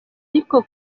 ariko